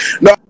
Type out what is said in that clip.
No